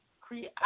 create